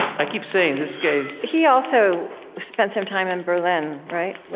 i keep saying, this guy's, he also spent some time in berlin, right?